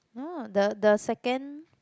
ah the the second